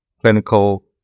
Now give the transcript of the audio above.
clinical